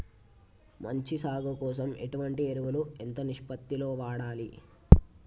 మంచి సాగు కోసం ఎటువంటి ఎరువులు ఎంత నిష్పత్తి లో వాడాలి?